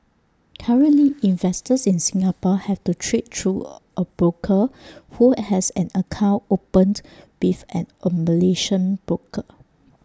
currently investors in Singapore have to trade through A broker who has an account opened with an A Malaysian broker